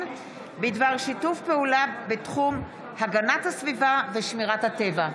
בדבר שיתוף פעולה בתחום הגנת הסביבה ושמירת הטבע.